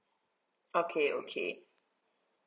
okay okay